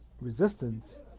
resistance